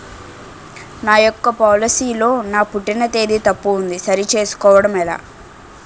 నా యెక్క పోలసీ లో నా పుట్టిన తేదీ తప్పు ఉంది సరి చేసుకోవడం ఎలా?